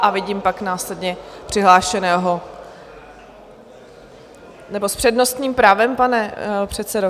A vidím pak následně přihlášeného... nebo s přednostním právem, pane předsedo?